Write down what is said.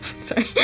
Sorry